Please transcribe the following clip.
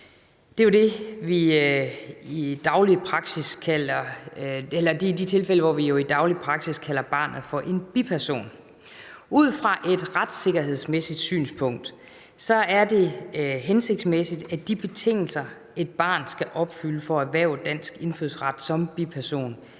hvor vi jo i daglig praksis kalder barnet for en biperson. Ud fra et retssikkerhedsmæssigt synspunkt er det hensigtsmæssigt, at de betingelser, et barn skal opfylde for at erhverve dansk indfødsret som biperson